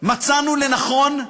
מצאנו לנכון,